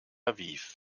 aviv